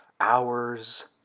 hours